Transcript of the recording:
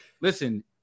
listen